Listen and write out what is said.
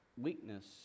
weakness